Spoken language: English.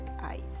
eyes